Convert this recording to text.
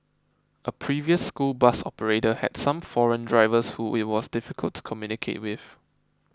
a previous school bus operator had some foreign drivers who it was difficult to communicate with